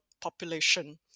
population